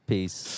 Peace